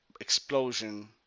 explosion